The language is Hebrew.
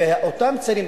ואותם צעירים,